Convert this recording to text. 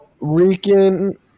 Rican –